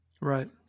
right